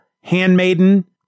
handmaiden